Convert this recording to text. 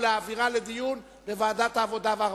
ולהעבירה לדיון בוועדת העבודה והרווחה.